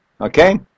okay